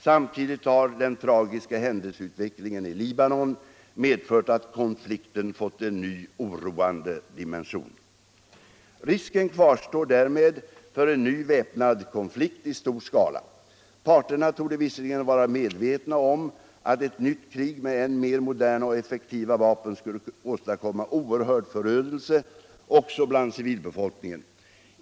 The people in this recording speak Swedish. Samtidigt har den tragiska händelseutvecklingen i Libanon medfört att konflikten fått en ny oroande dimension. Risken kvarstår därmed för en ny väpnad konflikt i stor skala. Parterna torde visserligen vara medvetna om att ett nytt krig med än mer moderna och effektiva vapen skulle åstadkomma oerhörd förödelse också bland civilbefolkningen.